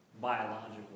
biological